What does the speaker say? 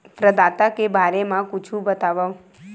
प्रदाता के बारे मा कुछु बतावव?